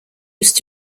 used